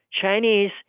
Chinese